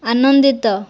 ଆନନ୍ଦିତ